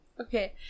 Okay